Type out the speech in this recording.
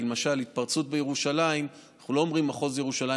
כי למשל בהתפרצות בירושלים אנחנו לא אומרים: מחוז ירושלים,